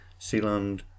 Sealand